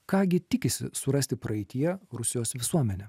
ką gi tikisi surasti praeityje rusijos visuomenė